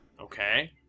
Okay